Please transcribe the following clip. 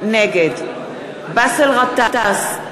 נגד באסל גטאס,